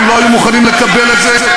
הם לא היו מוכנים לקבל את זה,